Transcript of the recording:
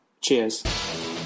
Cheers